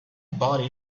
buddy